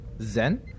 Zen